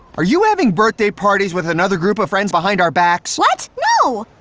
are you having birthday parties with another group of friends behind our backs? what? no!